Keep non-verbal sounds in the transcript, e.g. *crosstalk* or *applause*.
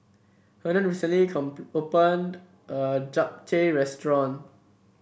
Hernan recently *unintelligible* opened a new Japchae Restaurant